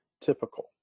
typical